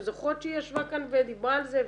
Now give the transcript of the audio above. אתן זוכרות שהיא ישבה כאן ודיברה על זה?